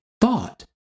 thought